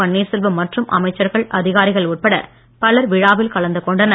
பன்னீர்செல்வம் மற்றும் அமைச்சர்கள் அதிகாரிகள் உட்பட பலர் விழாவில் கலந்து கொண்டனர்